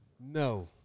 no